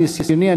מניסיוני,